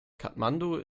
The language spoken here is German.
kathmandu